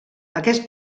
aquest